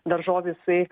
daržovių jisai